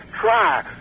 Try